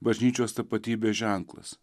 bažnyčios tapatybės ženklas